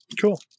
cool